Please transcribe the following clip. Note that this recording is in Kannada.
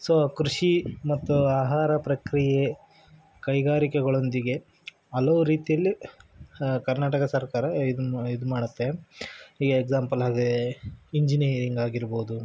ಸೊ ಕೃಷಿ ಮತ್ತು ಆಹಾರ ಪ್ರಕ್ರಿಯೆ ಕೈಗಾರಿಕೆಗಳೊಂದಿಗೆ ಹಲವು ರೀತಿಯಲ್ಲಿ ಕರ್ನಾಟಕ ಸರ್ಕಾರ ಇದನ್ನು ಇದು ಮಾಡುತ್ತೆ ಈ ಎಕ್ಸಾಂಪಲ್ ಹಾಗೇ ಇಂಜಿನಿಯರಿಂಗ್ ಆಗಿರ್ಬೋದು